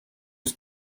was